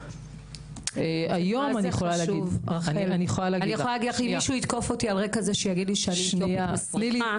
למשל אם מישהו יתקוף אותי כי אני "אתיופית שחורה מסריחה",